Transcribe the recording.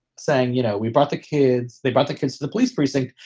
saying, you know, we brought the kids, they brought the kids to the police precinct.